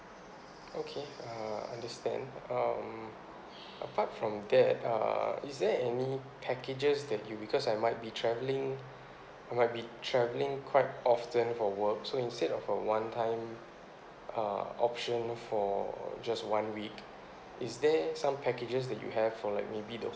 okay uh understand um apart from that is there any packages that you because I might be travelling I might be travelling quite often for work so instead of a one time uh option for just one week is there some packages that you have for like maybe the wh~